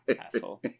Asshole